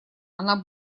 она